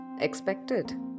expected